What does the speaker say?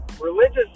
religious